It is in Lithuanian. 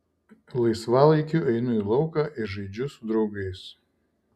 laisvalaikiu einu į lauką ir žaidžiu su draugais